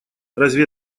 разве